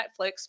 netflix